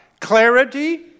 Clarity